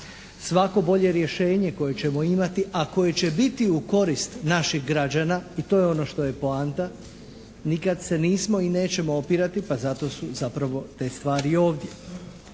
Svako bolje rješenje koje ćemo imati, a koje će biti u korist naših građana i to je ono što je poanta nikad se nismo i nećemo opirati pa zato su zapravo te stvari ovdje.